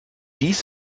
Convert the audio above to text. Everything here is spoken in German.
dies